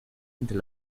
entre